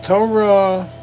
Torah